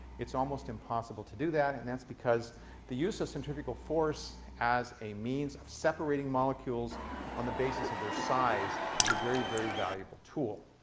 it's almost impossible to do that and that's because the use of centrifugal force as a means of separating molecules on the basis of their size is a very, very valuable tool.